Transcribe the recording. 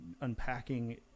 unpacking